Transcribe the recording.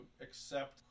accept